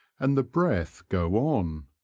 and the breath go on.